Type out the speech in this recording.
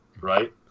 right